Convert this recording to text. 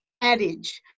adage